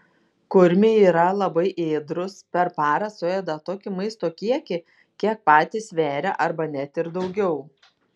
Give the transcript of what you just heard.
kurmiai yra labai ėdrūs per parą suėda tokį maisto kiekį kiek patys sveria arba net ir daugiau